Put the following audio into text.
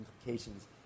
implications